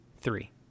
three